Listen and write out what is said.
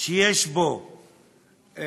הדיבור הזה הגיוני?) או שזה חוק שיש בו,